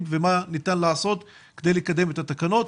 ומה ניתן לעשות כדי לתקן את התקנות.